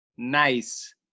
Nice